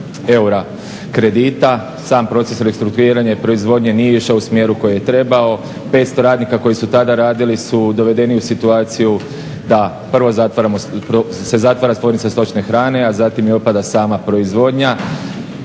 eura kredita. Sam proces restrukturiranja i proizvodnje nije išao u smjeru koji je trebao, 500 radnika koji su tada radili su dovedeni u situaciju da se prvo zatvara tvornica stočne hrane a zatim opada i sama proizvodnja.